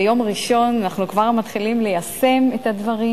ביום ראשון אנחנו כבר מתחילים ליישם את הדברים,